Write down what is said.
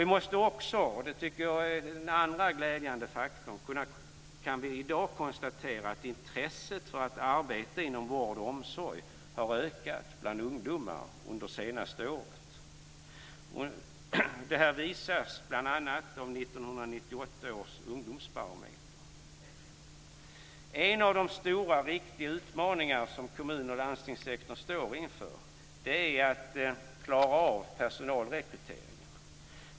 Vi kan i dag också konstatera, och det är den andra glädjande faktorn, att intresset för att arbeta inom vård och omsorg har ökat bland ungdomar under det senaste året. Detta visas bl.a. i 1998 års ungdomsbarometer. En av de stora och viktiga utmaningar som kommun och landstingssektorn står inför är att klara av personalrekryteringen.